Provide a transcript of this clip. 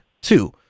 two